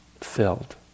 filled